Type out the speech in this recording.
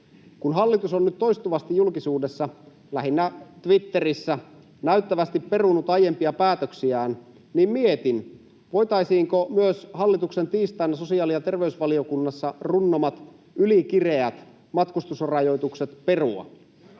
Kun hallitus on nyt toistuvasti julkisuudessa, lähinnä Twitterissä, näyttävästi perunut aiempia päätöksiään, mietin, voitaisiinko myös hallituksen tiistaina sosiaali‑ ja terveysvaliokunnassa runnomat ylikireät matkustusrajoitukset perua.